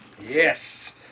Yes